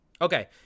Okay